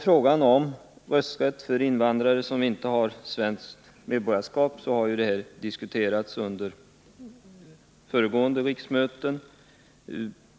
Frågan om rösträtt för invandrare som inte har svenskt medborgarskap diskuterades även vid förra riksmötet.